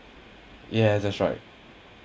yes that's right